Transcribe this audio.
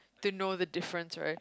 to know the difference right